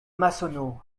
massonneau